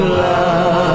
love